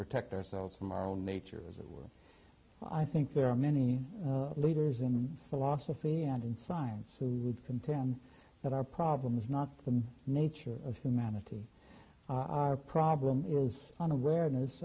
protect ourselves from our own nature as it were i think there are many leaders in philosophy and in science who would contend that our problem is not the nature of humanity our problem is on a rare